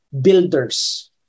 builders